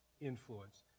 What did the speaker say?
influence